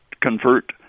convert